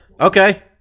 Okay